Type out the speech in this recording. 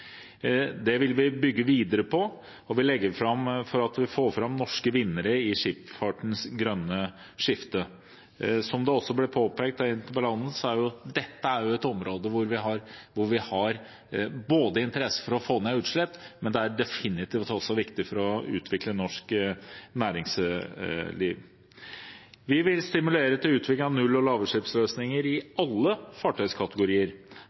Det vil vi bygge videre på, og vi legger fram planen for å få fram norske vinnere i skipsfartens grønne skifte. Som det også ble påpekt av interpellanten, er dette både et område der vi har interesse for å få ned utslipp, og et område som definitivt er viktig for å utvikle norsk næringsliv. Vi vil stimulere til utvikling av null- og lavutslippsløsninger i alle fartøyskategorier.